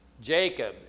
Jacob